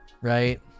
Right